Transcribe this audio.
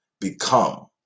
become